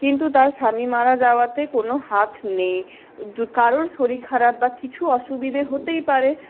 কিন্তু তার স্বামী মারা যাওয়াতে কোনো হাত নেই কারোর শরীর খারাপ বা কিছু অসুবিধে হতেই পারে